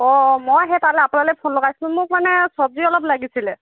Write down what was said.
অঁ মই সেই তালৈ আপোনালৈ ফোন লগাইছোঁ মোক মানে চব্জি অলপ লাগিছিলে